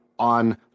On